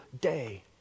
day